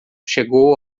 chegou